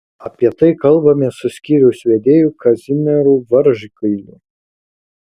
apie tai kalbamės su skyriaus vedėju kazimieru varžgaliu